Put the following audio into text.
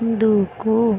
దూకు